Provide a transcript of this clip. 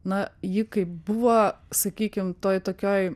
na ji kaip buvo sakykim toj tokioj